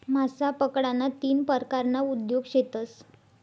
मासा पकडाना तीन परकारना उद्योग शेतस